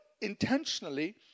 intentionally